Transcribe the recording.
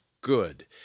good